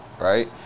right